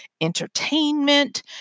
entertainment